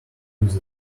use